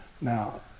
now